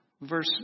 verse